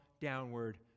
downward